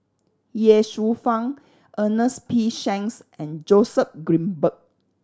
Ye Shufang Ernest P Shanks and Joseph Grimberg